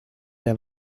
der